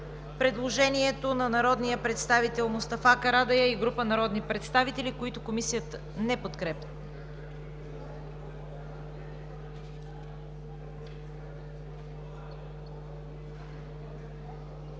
предложението на народния представител Мустафа Карадайъ и група народни представители, което Комисията не подкрепя.